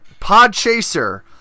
Podchaser